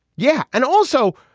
yeah. and also,